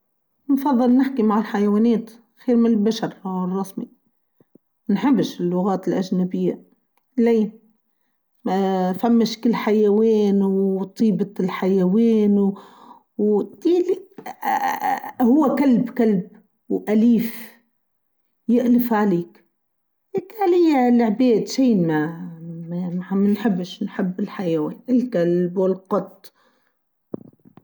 نفظل نحكي مع الحيوانت خير من البشر هاللسمي ما نحبش اللغات الأجنبية ليه ما فهمش كل حيوان وطيبه الحيوان و تيلي ااااا هو كلب كلب و أليف يألف عليك هيكا ليا العباد شئ ما نحبش نحب الحيوان هيكا القط.